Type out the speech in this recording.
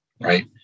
right